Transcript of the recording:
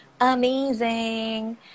amazing